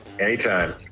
Anytime